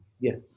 yes